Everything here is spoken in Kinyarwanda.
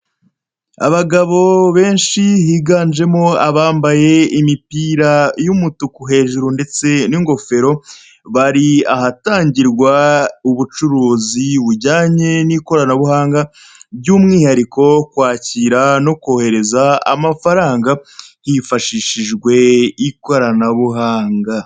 Abagabo benshi, higanjemo abambaye imipira y'umutuku hejuru ndetse n'ingofero, bari ahatangirwa ubucuruzi bujyanye n'ikoranabuhanga, by'umwihariko kwakira no kohereza amafaranga hifashishijwe ikoranabuhanga.